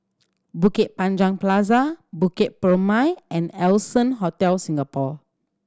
Bukit Anjang Plaza Bukit Purmei and Allson Hotel Singapore